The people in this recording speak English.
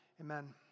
Amen